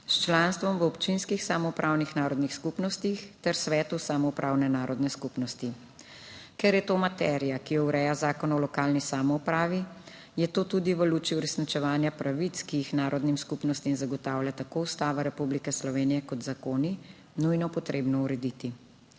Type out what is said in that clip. s članstvom v občinskih samoupravnih narodnih skupnostih ter svetu samoupravne narodne skupnosti. Ker je to materija, ki jo ureja Zakon o lokalni samoupravi, je to tudi v luči uresničevanja pravic, ki jih narodnim skupnostim zagotavljajo tako Ustava Republike Slovenije kot zakoni, nujno potrebno urediti.